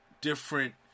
different